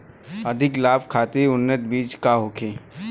अधिक लाभ खातिर उन्नत बीज का होखे?